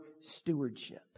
stewardship